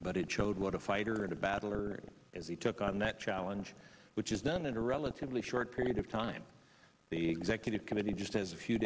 but it showed what a fighter and a battler as he took on that challenge which is done in a relatively short period of time the executive committee just as a few